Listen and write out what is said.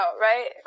right